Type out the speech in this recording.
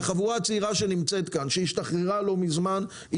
והחבורה הצעירה שנמצאת כאן שהשתחררה לא מזמן היא